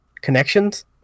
connections